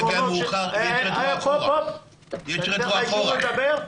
יש רטרו אחורה --- כשאני אתן לך אישור לדבר,